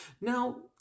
Now